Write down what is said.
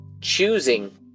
choosing